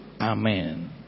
amen